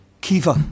Kiva